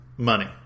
Money